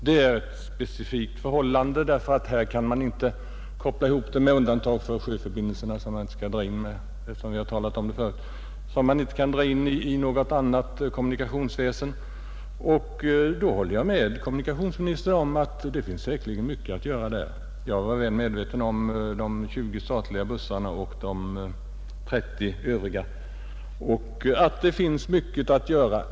Med undantag för sjöförbindelserna, som jag inte skall ta upp i detta sammanhang, eftersom vi tidigare har behandlat dem, gäller här ett specifikt förhållande då dess kommunikationer inte kan sammankopplas med någon annan regions. Jag håller med kommunikationsministern om att det säkerligen finns mycket att göra där. Jag är väl medveten om förekomsten av de 20 statliga och de 30 övriga busslinjerna.